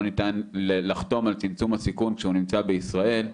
לא ניתן לחתום על צמצום הסיכון כשהוא נמצא בישראל,